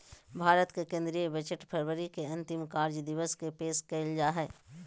भारत के केंद्रीय बजट फरवरी के अंतिम कार्य दिवस के पेश कइल जा हइ